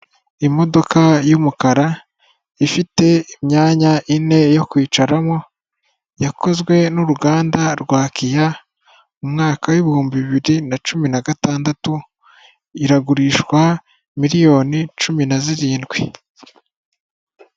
Imodoka y'umukara ifite imyanya ine yo kwicaramo, yakozwe n'uruganda rwa Kiya mu mwaka w'ibihumbi bibiri na cumi na gatandatu, iragurishwa miliyoni cumi na zirindwi.